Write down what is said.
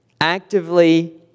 actively